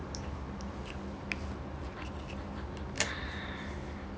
kranji but then you still gateway